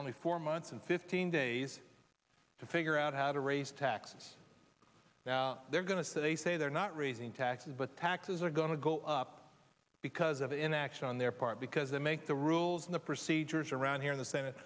only four months and fifteen days to figure out how to raise taxes now they're going to say they say they're not raising taxes but taxes are going to go up because of inaction on their part because they make the rules in the procedures around here in the senate